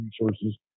resources